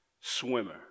swimmer